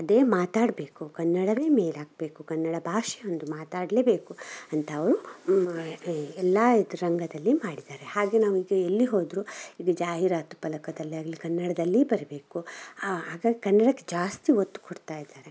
ಅದೇ ಮಾತಾಡಬೇಕು ಕನ್ನಡವೇ ಮೇಲೆ ಆಗಬೇಕು ಕನ್ನಡ ಭಾಷೆಯೊಂದು ಮಾತಾಡಲೇಬೇಕು ಅಂತ ಅವರು ಎಲ್ಲ ಇದು ರಂಗದಲ್ಲಿ ಮಾಡಿದ್ದಾರೆ ಹಾಗೇ ನಾವು ಈಗ ಎಲ್ಲಿ ಹೋದರೂ ಇದು ಜಾಹಿರಾತು ಫಲಕದಲ್ ಆಗಲಿ ಕನ್ನಡದಲ್ಲೀ ಬರಿಬೇಕು ಹಾಗಾಗಿ ಕನ್ನಡಕ್ಕೆ ಜಾಸ್ತಿ ಒತ್ತು ಕೊಡ್ತಾ ಇದ್ದಾರೆ